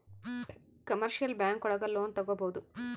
commercial bank ಒಳಗ loan ತಗೊಬೋದು